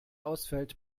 ausfällt